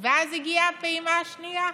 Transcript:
ואז הגיעה הפעימה השנייה,